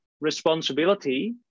responsibility